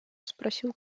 спросил